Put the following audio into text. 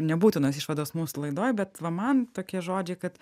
nebūtinos išvados mūsų laidoj bet va man tokie žodžiai kad